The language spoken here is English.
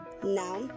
Now